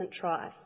try